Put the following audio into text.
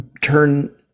turn